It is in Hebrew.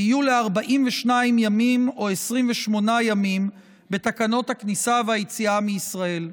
ויהיו ל-42 ימים או 28 ימים בתקנות הכניסה והיציאה מישראל.